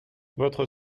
votre